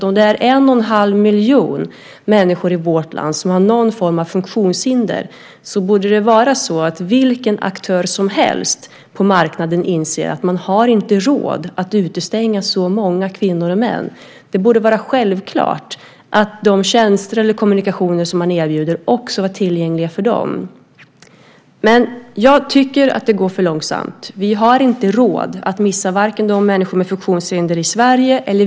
Om det är 1 1⁄2 miljon människor i vårt land som har någon form av funktionshinder borde vilken aktör som helst på marknaden inse att man inte har råd att utestänga så många kvinnor och män. Det borde vara självklart att de tjänster eller kommunikationer som man erbjuder också är tillgängliga för dem. Jag tycker att det går för långsamt. Vi har inte råd att missa människor med funktionshinder i Sverige.